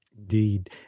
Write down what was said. Indeed